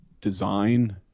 design